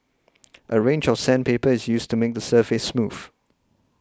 a range of sandpaper is used to make the surface smooth